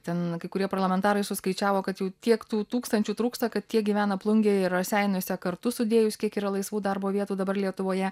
ten kai kurie parlamentarai suskaičiavo kad jau tiek tų tūkstančių trūksta kad tiek gyvena plungėje raseiniuose kartu sudėjus kiek yra laisvų darbo vietų dabar lietuvoje